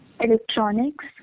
electronics